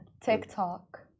TikTok